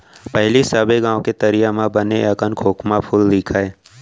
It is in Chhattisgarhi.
पहिली सबे गॉंव के तरिया म बने अकन खोखमा फूल दिखय